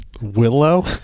Willow